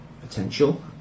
potential